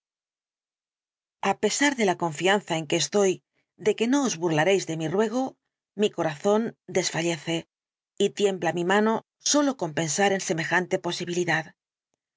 a pesar de la confianza en que estoy de que no os burlaréis de mi ruego mi corazón desfallece y tiembla mi mano sólo con pensar en semejante posibilidad